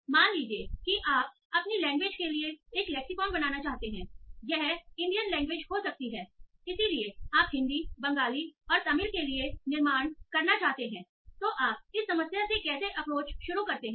तो मान लीजिए कि आप अपनी लैंग्वेज के लिए एक लेक्सीकौन बनाना चाहते हैं यह इंडियन लैंग्वेज हो सकती है इसलिए आप हिंदी बंगाली और तमिल के लिए निर्माण करना चाहते हैं तो आप इस समस्या से कैसे अप्रोच शुरू करते हैं